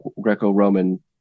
Greco-Roman